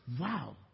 Wow